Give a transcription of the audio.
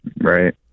Right